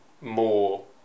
more